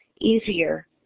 easier